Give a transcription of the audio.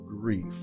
grief